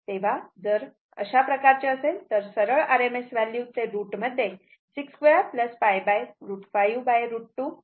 तेव्हा जर अशा प्रकारचे असेल तर सरळ RMS व्हॅल्यू ते रूट मध्ये 62 π √5 √2 आहे